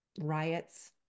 riots